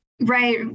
right